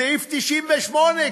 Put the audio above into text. סעיף 98,